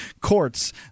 courts